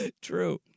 True